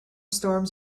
storms